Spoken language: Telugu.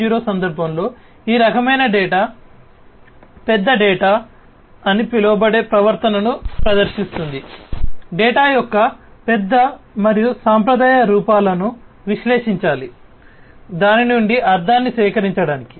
0 సందర్భంలో ఈ రకమైన డేటా పెద్ద డేటా విశ్లేషించాలి దాని నుండి అర్థాన్ని సేకరించడానికి